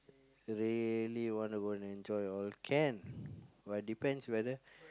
really want to go and enjoy all can but depends whether